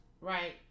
right